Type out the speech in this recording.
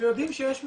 ויודעים שיש מסיבה,